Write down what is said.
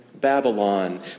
Babylon